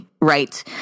right